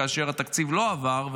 כאשר התקציב לא עבר,